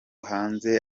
hanze